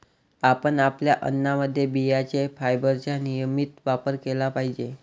आपण आपल्या अन्नामध्ये बियांचे फायबरचा नियमित वापर केला पाहिजे